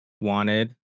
wanted